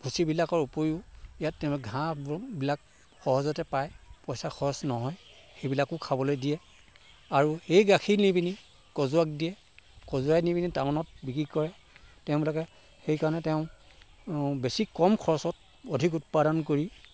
ভুচিবিলাকৰ উপৰিও ইয়াত ঘাঁহ বিলাক সহজতে পাই পইচা খৰচ নহয় এইবিলাকো খাবলৈ দিয়ে আৰু এই গাখীৰ নি পিনি কজোৱাক দিয়ে কজোৱাই নি পিনি টাউনত বিক্ৰী কৰে তেওঁবিলাকে সেইকাৰণে তেওঁ বেছি কম খৰচত অধীক উৎপাদন কৰি